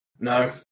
No